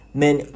men